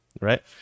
right